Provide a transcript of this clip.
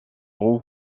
roue